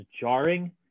jarring